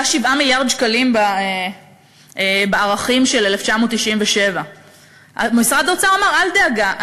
זה היה 7 מיליארד שקלים בערכים של 1997. משרד האוצר אמר: אל דאגה,